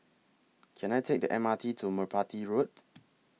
Can I Take The M R T to Merpati Road